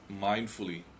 mindfully